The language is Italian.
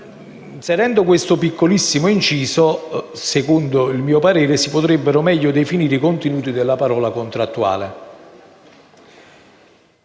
Inserendo questo piccolissimo inciso - secondo il mio parere - si potrebbero meglio definire i contenuti della parola «contrattuale».